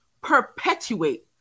perpetuate